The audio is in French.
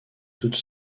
toute